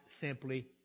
simply